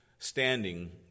standing